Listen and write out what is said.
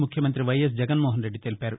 ముఖ్యమంతి వైఎస్ జగన్మోహన్ రెడ్డి తెలిపారు